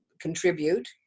contribute